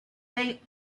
they